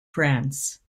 france